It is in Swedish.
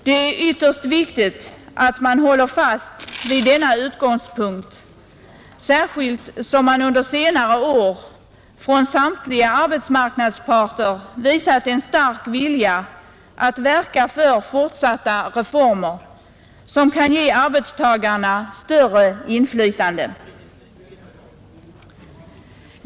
Det är ytterst viktigt att hålla fast vid denna utgångspunkt, särskilt som man under senare år från samtliga arbetsmarknadens parter har visat en stark vilja att verka för fortsatta reformer som kan ge arbetstagarna större inflytande.